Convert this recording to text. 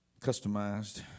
Customized